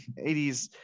80s